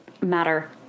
matter